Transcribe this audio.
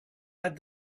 had